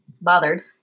bothered